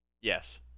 Yes